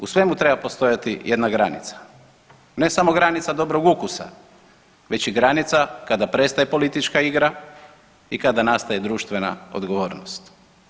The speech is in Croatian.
U svemu treba postojati jedna granica, ne samo granica dobrog ukusa već i granica kada prestaje politička igra i kada nastaje društvena odgovornost.